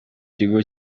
gihugu